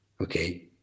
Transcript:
Okay